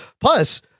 Plus